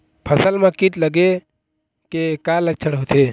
फसल म कीट लगे के का लक्षण होथे?